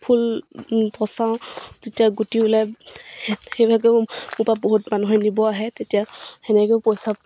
ফুল পচাওঁ তেতিয়া গুটি ওলায় সেইভাগেও মোৰ পৰা বহুত মানুহে নিব আহে তেতিয়া তেনেকৈও পইচা